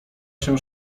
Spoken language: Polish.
się